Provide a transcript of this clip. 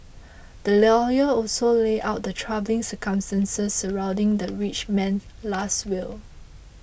the lawyer also laid out the troubling circumstances surrounding the rich man's Last Will